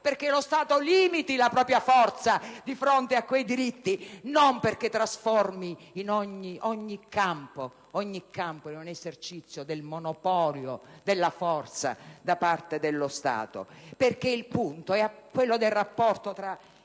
perché lo Stato limiti la propria forza di fronte a quei diritti, non perché trasformi ogni campo in un esercizio del monopolio della forza da parte dello Stato. Il punto centrale è il rapporto tra